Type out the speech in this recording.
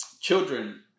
children